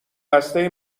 بسته